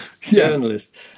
journalist